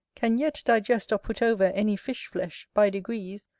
can yet digest or put over any fish-flesh, by degrees,